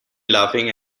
laughing